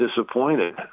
disappointed